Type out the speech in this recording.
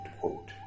quote